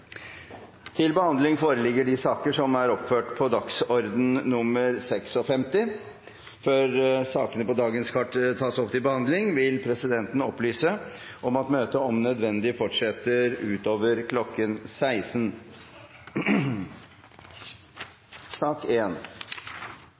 til behandling, vil presidenten opplyse om at møtet om nødvendig fortsetter utover kl. 16.